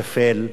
שפל,